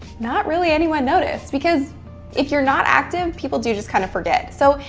not really anyone noticed. because if you're not active, people do just kind of forget. so,